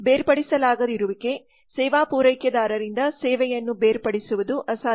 ಬೇರ್ಪಡಿಸಲಾಗದಿರುವಿಕೆ ಸೇವಾ ಪೂರೈಕೆದಾರರಿಂದ ಸೇವೆಯನ್ನು ಬೇರ್ಪಡಿಸುವುದು ಅಸಾಧ್ಯ